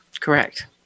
Correct